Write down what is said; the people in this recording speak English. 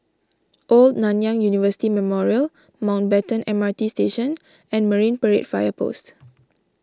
Old Nanyang University Memorial Mountbatten M R T Station and Marine Parade Fire Post